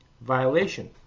violation